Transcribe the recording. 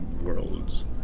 worlds